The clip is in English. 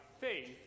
faith